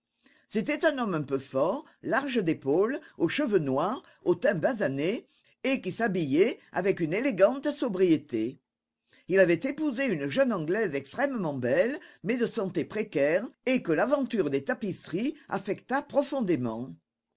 c'était un homme un peu fort large d'épaules aux cheveux noirs au teint basané et qui s'habillait avec une élégante sobriété il avait épousé une jeune anglaise extrêmement belle mais de santé précaire et que l'aventure des tapisseries affecta profondément